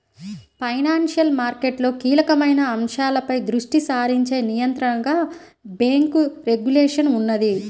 financial మార్కెట్లలో కీలకమైన అంశాలపై దృష్టి సారించే నియంత్రణగా బ్యేంకు రెగ్యులేషన్ ఉన్నది